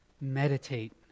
meditate